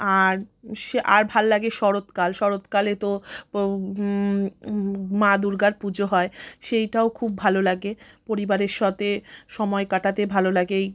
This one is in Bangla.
আর আর ভালো লাগে শরৎকাল শরৎকালে তো মা দুর্গার পুজো হয় সেইটাও খুব ভালো লাগে পরিবারের সাথে সময় কাটাতে ভালো লাগেই